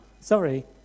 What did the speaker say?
Sorry